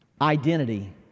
Identity